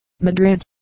Madrid